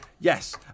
Yes